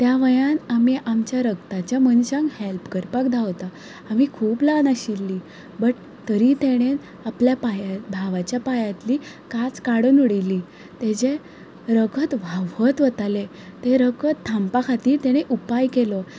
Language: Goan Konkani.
त्या वयार आमी आमच्या रगताच्या मनशाक हेल्प करपाक धांवता आमी खूब ल्हान आशिल्ली बट तरी तेणे आपल्या पांया भावाच्या पांयांतली कांच काडून उडयली ताजें रगत व्हांवत वताले तें रगत थांबपा खतीर ताणें उपाय केलो